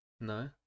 No